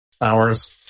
hours